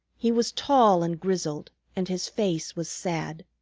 he was tall and grizzled and his face was sad.